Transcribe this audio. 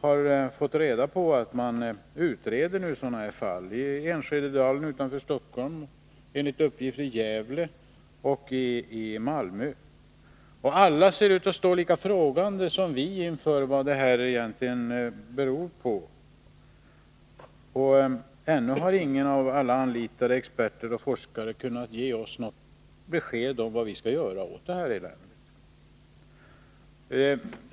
har fått reda på att man utreder sådana här fall på andra ställen, i Enskededalen utanför Stockholm, i Gävle och i Malmö. Alla ser ut att stå lika frågande som vi till vad besvären egentligen beror på. Ännu har ingen av alla anlitade experter och forskare kunnat ge oss besked om vad vi skall göra åt det här eländet.